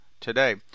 today